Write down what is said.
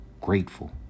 grateful